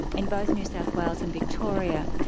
in both new south wales and victoria,